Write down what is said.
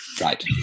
Right